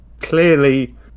clearly